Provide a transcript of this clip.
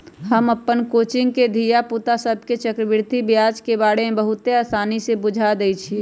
हम अप्पन कोचिंग के धिया पुता सभके चक्रवृद्धि ब्याज के बारे में बहुते आसानी से बुझा देइछियइ